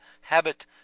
habit